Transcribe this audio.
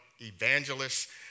evangelists